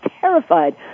terrified